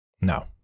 No